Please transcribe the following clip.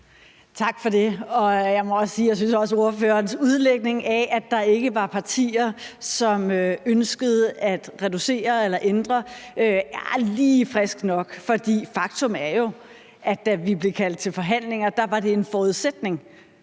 Tak for det. Jeg må også sige, at jeg synes, ordførerens udlægning af, at der ikke var partier, som ønskede at reducere eller ændre noget, er lige frisk nok. For faktum er jo, at da vi blev kaldt til forhandlinger, var det en forudsætning,